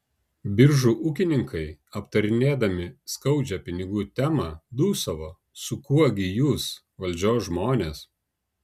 biržų ūkininkai aptarinėdami skaudžią pinigų temą dūsavo su kuo gi jūs valdžios žmonės